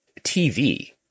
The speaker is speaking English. TV